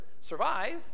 Survive